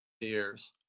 years